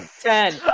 ten